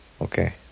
Okay